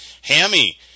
Hammy